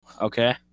Okay